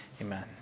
Amen